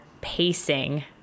pacing